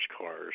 cars